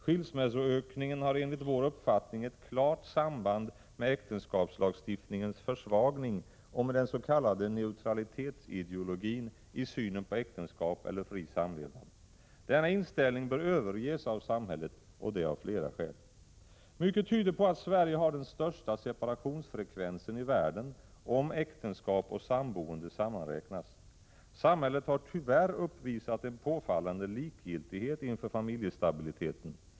Skilsmässoökningen har enligt vår uppfattning ett klart samband med äktenskapslagstiftningens försvagning och med den s.k. neutralitetsideologin i synen på äktenskap eller fri samlevnad. Denna inställning bör överges av samhället, och det av flera skäl. Mycket tyder på att Sverige har den största separationsfrekvensen i världen, om äktenskap och samboende sammanräknas. Samhället har tyvärr uppvisat en påfallande likgiltighet inför familjestabiliteten.